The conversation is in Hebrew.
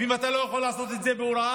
ואם אתה לא יכול לעשות את זה בהוראה,